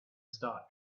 start